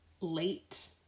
late